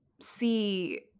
see